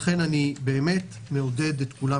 לכן אני באמת מעוד את כולם